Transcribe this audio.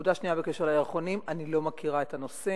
נקודה שנייה בקשר לירחונים: אני לא מכירה את הנושא,